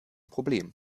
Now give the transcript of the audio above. problem